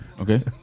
Okay